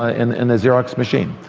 ah and in the xerox machine.